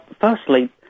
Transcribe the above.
firstly